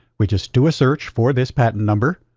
we just do a search for this patent number.